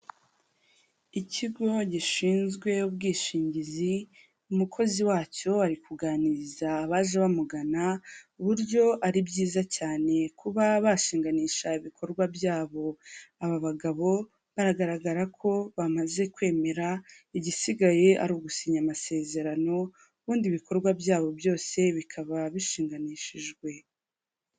Ikigo gishinzwe ubwishingizi umukozi wacyo ari kuganiriza abaje bamugana uburyo ari byiza cyane kuba bashinganisha ibikorwa byabo aba bagabo bagaragara ko bamaze kwemera igisigaye ari ugusinya amasezerano ubundi ibikorwa byabo byose bikaba bishinganishijwe.